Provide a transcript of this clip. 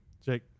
Jake